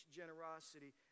generosity